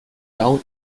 town